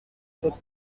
cette